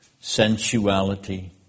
sensuality